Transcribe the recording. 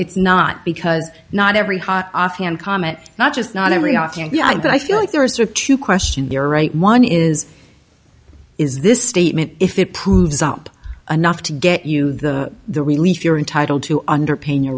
it's not because not every hot offhand comment not just not every off yet but i feel like there are two questions there right one is is this statement if it proves up enough to get you the the relief you're entitle to underpin your